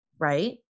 right